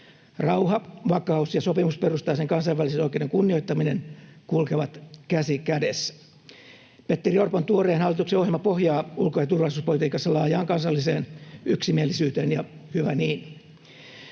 Rauha, vakaus ja sopimusperustaisen kansainvälisen oikeuden kunnioittaminen kulkevat käsi kädessä. Petteri Orpon tuoreen hallituksen ohjelma pohjaa ulko- ja turvallisuuspolitiikassa laajaan kansalliseen yksimielisyyteen, ja hyvä niin.